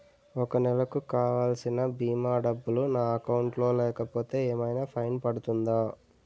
ఒక నెలకు కావాల్సిన భీమా డబ్బులు నా అకౌంట్ లో లేకపోతే ఏమైనా ఫైన్ పడుతుందా?